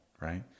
right